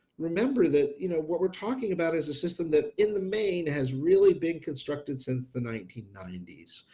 remember that you know what we're talking about is a system that in the main has really been constructed since the nineteen ninety s.